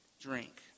drink